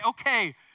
okay